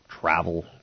travel